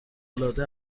العاده